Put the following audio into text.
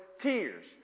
Tears